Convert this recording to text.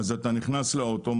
אז אתה נכנס לאוטו,